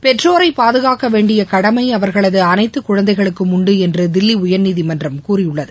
பெற்றோரை பாதுக்க வேண்டிய கடமை அவர்களது அனைத்து குழந்தைகளுக்கும் உண்டு என்று தில்லி உயர்நீதிமன்றம் கூறியுள்ளது